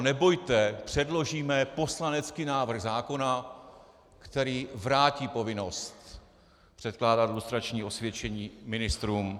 Nebojte, předložíme poslanecký návrh zákona, který vrátí povinnost předkládat lustrační osvědčení ministrům.